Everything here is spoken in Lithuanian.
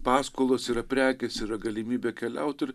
paskolos yra prekės yra galimybė keliaut ir